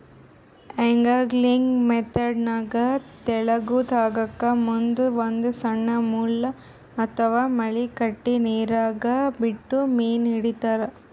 angling ಮೆಥೆಡ್ನಾಗ್ ತೆಳ್ಳಗ್ ಹಗ್ಗಕ್ಕ್ ಮುಂದ್ ಒಂದ್ ಸಣ್ಣ್ ಮುಳ್ಳ ಅಥವಾ ಮಳಿ ಕಟ್ಟಿ ನೀರಾಗ ಬಿಟ್ಟು ಮೀನ್ ಹಿಡಿತಾರ್